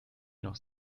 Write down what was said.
noch